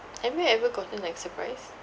have you ever gotten like surprise